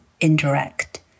indirect